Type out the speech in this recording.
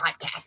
podcast